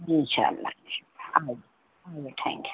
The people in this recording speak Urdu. انشاء اللہ آئیے آئیے تھینک یو